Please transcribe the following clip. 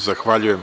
Zahvaljujem.